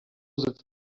sitzt